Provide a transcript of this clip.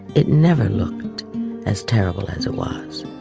it never looked as terrible as it was,